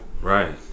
Right